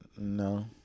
No